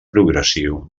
progressiu